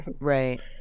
Right